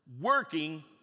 working